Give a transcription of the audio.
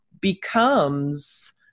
becomes